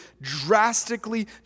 drastically